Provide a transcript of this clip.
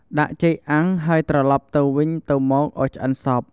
ដាក់ចេកអាំង ហើយត្រឡប់ទៅវិញទៅមកឱ្យឆ្អិនសព្វ។